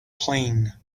plane